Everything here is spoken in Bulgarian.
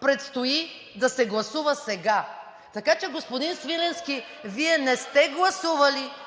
предстои да се гласува сега. Така че, господин Свиленски, Вие не сте гласували